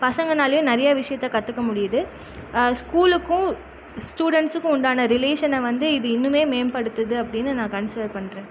பசங்கனாலையும் நிறையா விஷியத்தை கற்றுக்க முடியிது ஸ்கூலுக்கும் ஸ்டூடெண்ட்ஸுக்கும் உண்டான ரிலேஷனை வந்து இது இன்னுமே மேம்படுத்தும் அப்படின்னு நான் கன்சல் பண்ணுறேன்